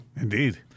Indeed